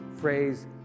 phrase